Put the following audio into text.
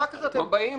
אחר כך אתם באים